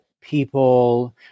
people